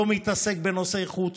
לא מתעסק בנושאי חוץ,